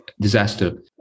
disaster